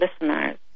listeners